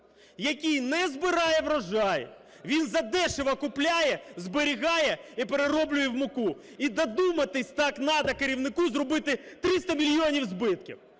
який не збирає врожай, він задешево купляє, зберігає і перероблює в муку, і додуматися так надо керівнику зробити 300 мільйонів збитків.